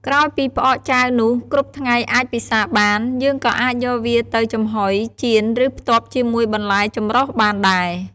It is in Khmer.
ក្រោយពីផ្អកចាវនោះគ្រប់ថ្ងៃអាចពិសាបាន យើងក៏អាចយកវាទៅចំហុយ ចៀន ឬ ផ្ទាប់ជាមួយបន្លែចម្រុះបានដែរ។